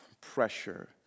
pressure